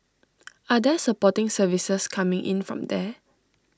are there supporting services coming in from there